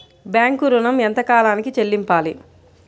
Bank ఋణం ఎంత కాలానికి చెల్లింపాలి?